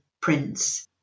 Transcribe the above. prince